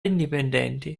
indipendenti